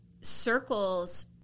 circles